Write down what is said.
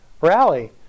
rally